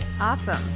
awesome